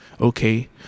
okay